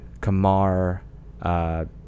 Kamar